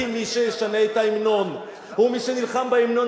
כי מי שישנה את ההמנון או מי שנלחם בהמנון,